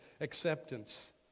acceptance